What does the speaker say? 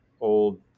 old